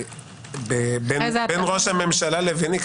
בין ראש הממשלה לביני,